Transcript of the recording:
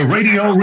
Radio